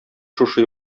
шушы